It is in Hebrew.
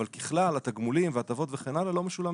אבל ככלל התגמולים וההטבות וכן הלאה לא משולמים.